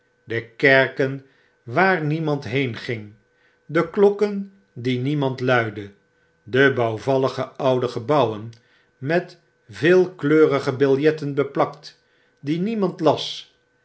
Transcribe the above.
de kerken waar niemand heen ging de klokken die niemand luidde de bouwvallige oude gebouwen met veelkleurige biljetten beplakt die niemand las